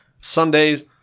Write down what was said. Sundays